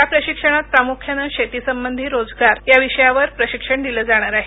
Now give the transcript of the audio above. या प्रशिक्षणात प्रामुनंने शेतीसंबंधी रोजगार या विषयावर प्रशिक्षण दिलं जाणार आहे